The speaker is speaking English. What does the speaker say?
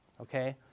okay